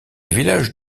village